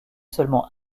seulement